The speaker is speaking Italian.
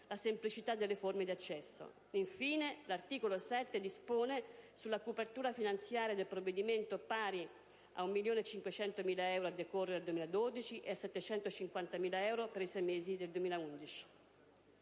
la semplicità delle forme di accesso. Infine, l'articolo 7 dispone sulla copertura finanziaria del provvedimento, quantificata in 1.500.000 euro a decorrere dal 2012 e in 750.000 euro per i sei mesi del 2011.